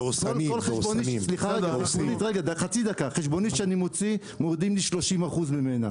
חשבונית שאני מוציא מורידים לי 30% ממנה.